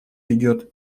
идет